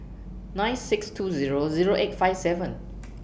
nine six two Zero Zero eight five seven